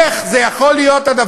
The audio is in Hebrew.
איך זה יכול להיות?